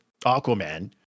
Aquaman